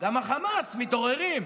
גם החמאס מתעוררים.